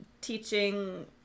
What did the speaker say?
teaching